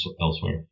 elsewhere